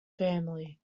family